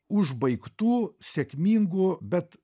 užbaigtų sėkmingų bet